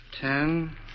Ten